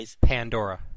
Pandora